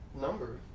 number